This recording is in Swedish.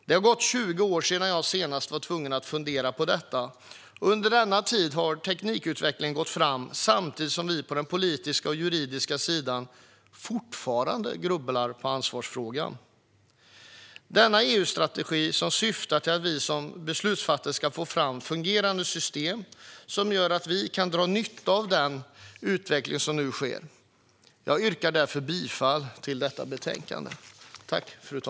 Det har gått 20 år sedan jag senast var tvungen att fundera på detta, och under denna tid har teknikutvecklingen gått framåt samtidigt som vi på den politiska och den juridiska sidan fortfarande grubblar på ansvarsfrågan. Denna EU-strategi syftar till att vi som beslutsfattare ska få fram fungerande system som gör att vi kan dra nytta av den utveckling som nu sker. Jag yrkar därför bifall till utskottets förslag.